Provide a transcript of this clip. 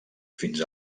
fins